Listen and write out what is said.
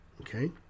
Okay